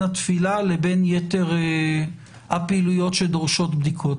התפילה לבין יתר הפעילויות שדורשות בדיקות.